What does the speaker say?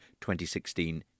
2016